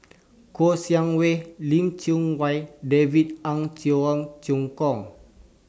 Kouo Shang Wei Lim Chee Wai David Ung Cheong Choong Kong